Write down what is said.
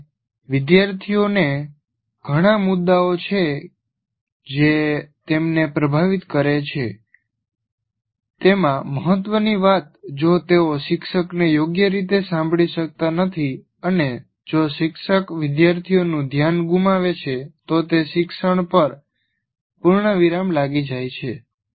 જેમ કે વિદ્યાર્થીઓને ઘણા મુદ્દાઓ છે જે તેમને પ્રભાવિત કરે છે તેમાં મહત્વની વાત જો તેઓ શિક્ષકને યોગ્ય રીતે સાંભળી શકતા નથી અને જો શિક્ષક વિદ્યાર્થીઓનું ધ્યાન ગુમાવે છે તો તે શિક્ષણ પર પૂર્ણવિરામ લાગી જાય છે